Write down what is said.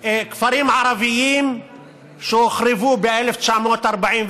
כפרים ערביים שהוחרבו ב-1948?